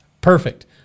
Perfect